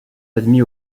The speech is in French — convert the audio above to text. admis